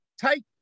take